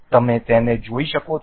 તમે તેને જોઈ શકો છો